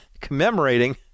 commemorating